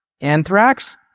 Anthrax